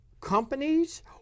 companies